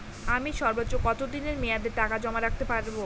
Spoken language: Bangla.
আমি সর্বোচ্চ কতদিনের মেয়াদে টাকা জমা রাখতে পারি?